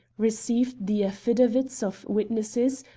received the affidavits of witnesses,